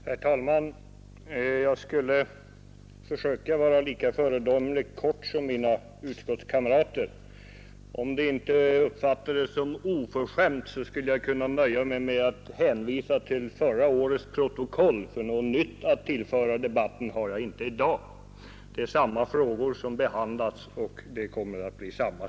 Herr talman! Jag skall försöka att vara lika föredömligt kortfattad som mina utskottskamrater. Om det inte uppfattades som oförskämt skulle jag ha kunnat nöja mig med att hänvisa till förra årets protokoll, ty jag har i dag inget nytt att tillföra debatten. Det är samma frågor som behandlas, och svaren från min sida kommer också att bli desamma.